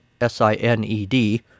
S-I-N-E-D